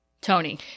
Tony